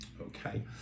Okay